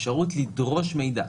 אפשרות לדרוש מידע.